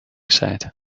said